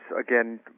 again